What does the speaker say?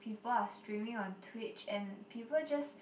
people are streaming on Twitch and people just